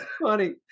funny